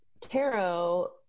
tarot